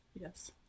Yes